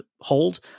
hold